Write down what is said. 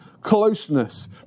closeness